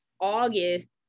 August